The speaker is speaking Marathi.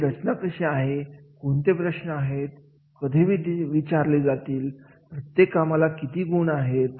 याची रचना कशी आहे कोणते प्रश्न आहेत कधीकधी विचारले जातात प्रत्येक कामाला किती गुण आहेत